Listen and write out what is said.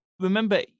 Remember